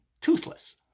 toothless